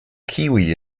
kiwi